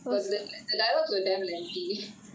but the dialouges were damn lengthy